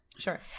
sure